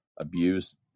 abuse